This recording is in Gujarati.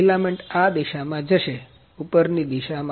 ફિલામેન્ટ આ દિશામાં જશે ઉપર ની દિશા માં